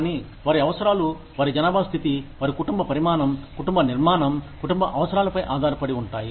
కానీ వారి అవసరాలు వారి జనాభా స్థితి వారి కుటుంబ పరిమాణం కుటుంబ నిర్మాణం కుటుంబ అవసరాలపై ఆధారపడి ఉంటాయి